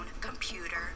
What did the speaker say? computer